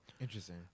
Interesting